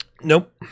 Nope